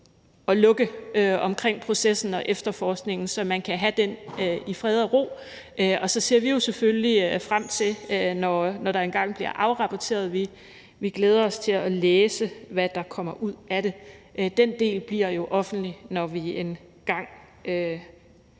omkring processen og efterforskningen, så man kan have den i fred og ro. Og så ser vi selvfølgelig frem til, at der engang bliver afrapporteret, og vi glæder os til at læse, hvad der kommer ud af det. Den del bliver jo offentlig, når vi engang